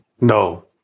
no